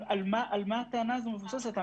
על מה הטענה הזו מבוססת?